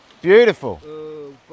Beautiful